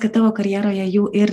kad tavo karjeroje jų ir